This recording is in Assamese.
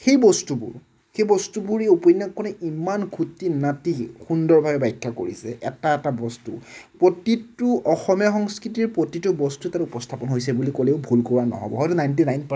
সেই বস্তুবোৰ সেই বস্তুবোৰ এই উপন্য়াসখনে ইমান খুঁটি নাটি সুন্দৰভাৱে বাখ্য়া কৰিছে এটা এটা বস্তু প্ৰতিটো অসমীয়া সংস্কৃতিৰ প্ৰতিটো বস্তু তাত উপস্থাপন হৈছে বুলি ক'লেও ভুল কোৱা নহ'ব হয়তো নাইনটি নাইন পাৰচেণ্ট